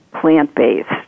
plant-based